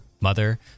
mother